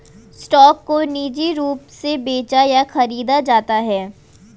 stock को निजी रूप से बेचा या खरीदा जाता है